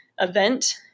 event